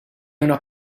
una